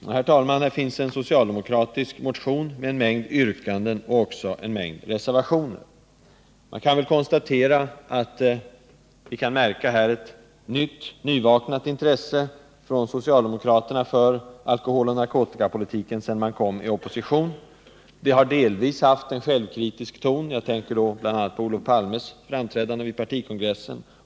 Herr talman! En socialdemokratisk motion föreligger med en mängd yrkanden, följd också av en rad reservationer. Vi kan märka ett nyvaknat intresse från socialdemokraterna för alkoholoch narkotikapolitiken sedan de kom i opposition. Det intresset har delvis haft en självkritisk ton — jag tänker bl.a. på Olof Palmes framträdande vid partikongressen.